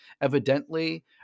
evidently